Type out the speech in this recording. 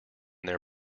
their